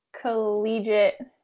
Collegiate